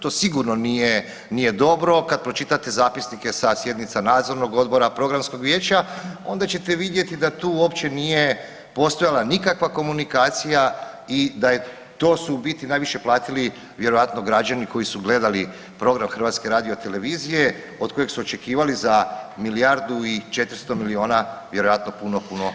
To sigurno nije dobro, kad pročitate zapisnike sa sjednica Nadzornog odbora, Programskog vijeća, onda ćete vidjeti da tu uopće nije postojala nikakva komunikacija i da je to su u biti najviše platili vjerojatno građani koji su gledali program HRT-a od kojeg su očekivali za milijardu i 400 milijuna vjerojatno puno, puno, puno više.